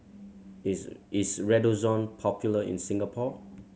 is is Redoxon popular in Singapore